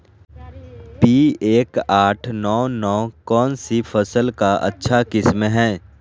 P एक आठ नौ नौ कौन सी फसल का अच्छा किस्म हैं?